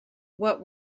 what